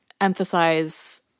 emphasize